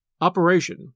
operation